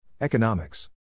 Economics